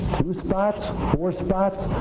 two spots, four spots,